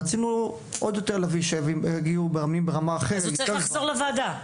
כי רצינו שיגיעו יותר מאמנים ברמה אחרת הוא צריך לחזור לוועדה.